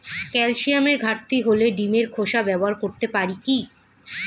ক্যালসিয়ামের ঘাটতি হলে ডিমের খোসা ব্যবহার করতে পারি কি?